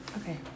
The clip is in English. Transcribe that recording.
Okay